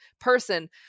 person